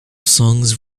songs